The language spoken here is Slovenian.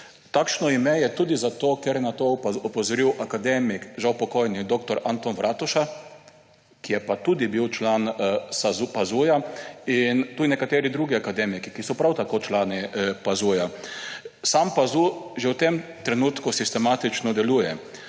Takšno ime je tudi zato, ker je na to opozoril akademik, žal pokojni, dr. Anton Vratuša, ki je bil tudi član PAZU, in tudi nekateri drugi akademiki, ki so prav tako člani PAZU. Sam PAZU že v tem trenutku sistematično deluje.